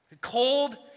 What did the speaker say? Cold